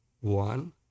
one